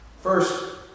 First